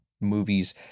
movies